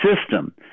system